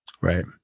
Right